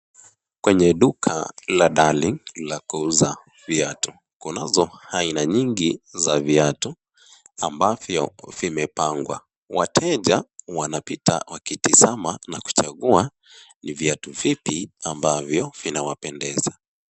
Kwenye duka la Darling la kuuza viatu, kunazo aina nyingi za viatu ambavyo vimepangwa. Wateja wanapita wakitizama na kuchangua ni viatu vipi ambavyo vina wapendeza.